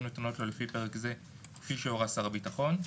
נתונות לו לפי פרק זה כפי שהורה שר הביטחון,